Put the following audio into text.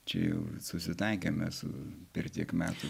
čia jau susitaikėme su per tiek metų